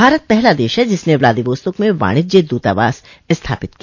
भारत पहला दश है जिसने व्लादिवोस्तोक में वाणिज्य दूतावास स्थापित किया